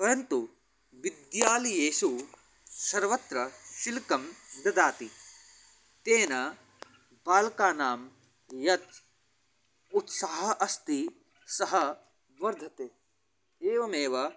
परन्तु विद्यालयेषु सर्वत्र शुल्कं ददाति तेन बालकानां यः उत्साहः अस्ति सः वर्धते एवमेव